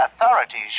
authorities